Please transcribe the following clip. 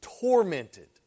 tormented